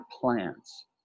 plants